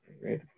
Great